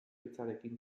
hitzarekin